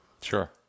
Sure